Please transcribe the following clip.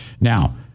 Now